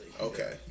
Okay